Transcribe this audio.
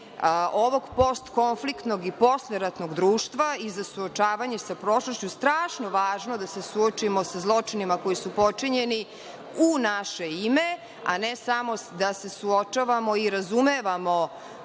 ovog postkonfliktnog i posleratnog društva i za suočavanje sa prošlošću strašno važno da se suočimo sa zločinima koji su počinjeni u naše ime, a ne samo suočavamo i razumemo